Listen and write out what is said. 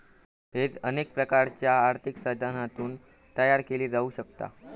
hedge अनेक प्रकारच्यो आर्थिक साधनांतून तयार केला जाऊ शकता